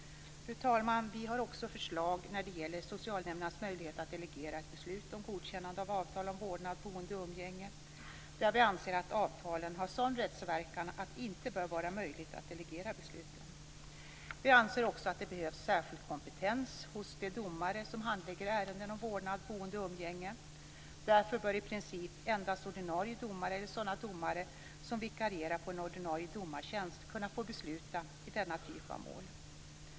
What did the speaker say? Fru talman! Vi har också ett förslag som gäller socialnämndernas möjlighet att delegera ett beslut om godkännande av avtal om vårdnad, boende och umgänge. Vi anser att avtalen har en sådan rättsverkan att det inte bör vara möjligt att delegera besluten. Vi anser att det behövs särskild kompetens hos de domare som handlägger ärenden om vårdnad, boende och umgänge. Därför bör i princip endast ordinarie domare eller domare som vikarierar på en ordinarie domartjänst få besluta i denna typ av mål.